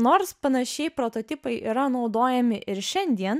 nors panašiai prototipai yra naudojami ir šiandien